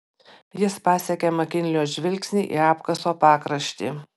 jis pasekė makinlio žvilgsnį į apkaso pakraštį